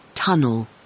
Tunnel